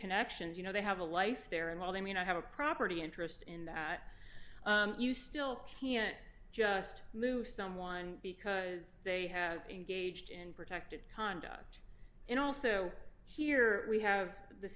connections you know they have a life there and while they may not have a property interest in that you still can't just move someone because they have engaged in protected conduct and also here we have the